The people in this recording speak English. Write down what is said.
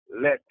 Let